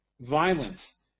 Violence